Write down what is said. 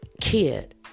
kid